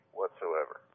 whatsoever